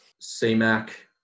C-Mac